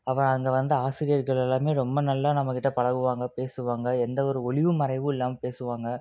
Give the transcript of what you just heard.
அப்புறம் அங்கே வந்த ஆசிரியர்கள் எல்லாமே ரொம்ப நல்லா நம்மகிட்ட பழகுவாங்க பேசுவாங்க எந்த ஒரு ஒளிவு மறைவும் இல்லாமல் பேசுவாங்க